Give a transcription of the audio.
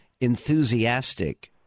enthusiastic